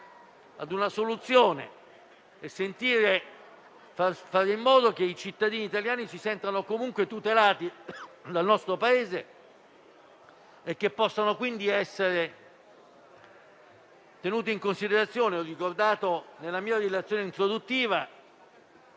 a una soluzione per fare in modo che i cittadini italiani si sentano comunque tutelati dal nostro Paese e possano quindi essere tenuti in considerazione. Nella mia relazione introduttiva